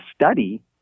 study